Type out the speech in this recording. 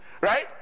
right